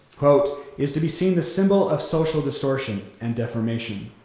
quote, is to be seen the symbol of social distortion and deformation.